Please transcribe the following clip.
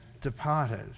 departed